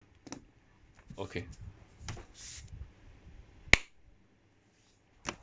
okay